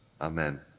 Amen